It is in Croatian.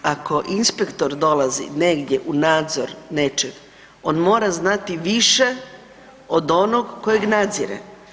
Ako inspektor dolazi negdje u nadzor nečeg, on mora znati više od onog kojeg nadzire.